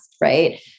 right